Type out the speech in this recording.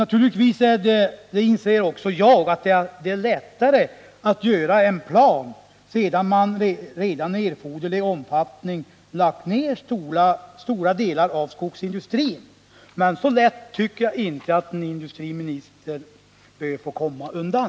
Naturligtvis är det — det inser också jag — lättare att göra upp en plan sedan man redan i erforderlig omfattning har lagt ner stora delar av skogsindustrin, men så lätt tycker jag inte att en industriminister bör få komma undan.